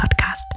podcast